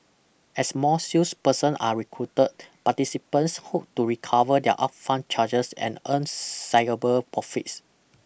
as more salesperson are recruited participants hope to recover their upfront charges and earn sizeable profits